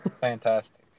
Fantastic